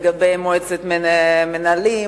לגבי מועצת המנהלים,